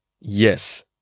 yes